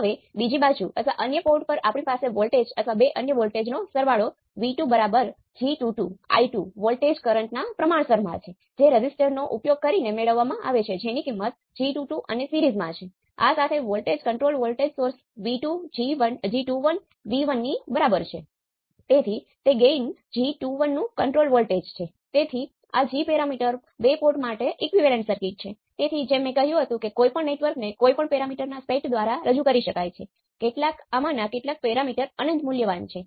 હવે જો ઈનપુટ ના આધારે તેને મેળવવું પડશે જેને આદર્શ ઓપ એમ્પ સાથે સર્કિટના વિશ્લેષણ વિશે વાત કરતી વખતે હું ધ્યાનમાં લઈશ